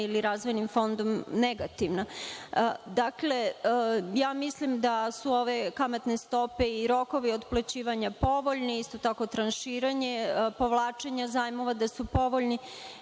i razvojnim fondom negativna. Dakle, ja mislim da su ove kamatne stope i rokovi otplaćivanja povoljni. Isto tako tranširanje, povlačenje zajmova da je povoljno